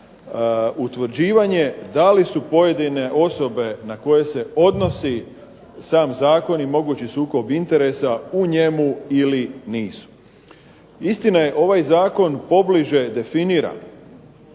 utvrđivanje da li su pojedine osobe na koje se odnosi sam zakon i mogući sukob interesa u njemu ili nisu. Istina je, ovaj zakon pobliže definira